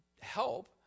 help